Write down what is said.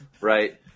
right